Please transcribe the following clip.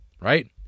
Right